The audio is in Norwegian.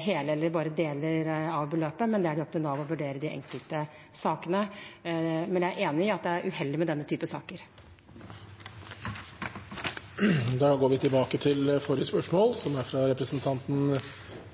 hele eller bare deler av beløpet. Det er det opp til Nav å vurdere i de enkelte sakene, men jeg er enig i at det er uheldig med denne type saker. Da går vi tilbake til forrige spørsmål, som er fra representanten